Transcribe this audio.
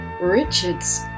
Richard's